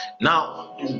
Now